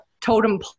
totem